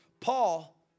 Paul